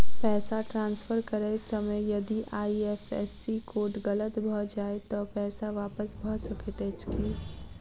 पैसा ट्रान्सफर करैत समय यदि आई.एफ.एस.सी कोड गलत भऽ जाय तऽ पैसा वापस भऽ सकैत अछि की?